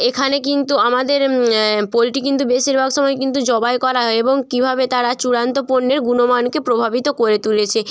এখানে কিন্তু আমাদের পোল্ট্রি কিন্তু বেশিরভাগ সময়ই কিন্তু জবাই করা হয় এবং কীভাবে তারা চূড়ান্ত পণ্যের গুণমানকে প্রভাবিত করে তুলেছে